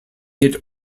had